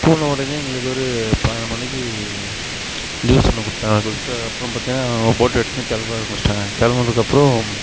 போன உடனே எங்களுக்கு ஒரு பன்னெண்டு மணிக்கு ஜூஸ் ஒன்று கொடுத்தாங்க அத குடிச்சிட்டு அதுக்கப்புறம் பார்த்தீங்கன்னா போட் எடுத்துகிட்டு கிளம்ப ஆரம்பிச்சிட்டாங்கள் கிளம்பனத்துக்கு அப்புறோம்